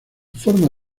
forma